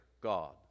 God